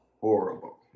horrible